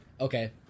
Okay